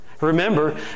Remember